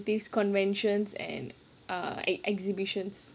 meeting incentives conventions and err ex~ exhibitions